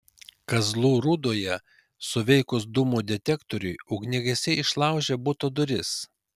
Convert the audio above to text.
kazlų rūdoje suveikus dūmų detektoriui ugniagesiai išlaužė buto duris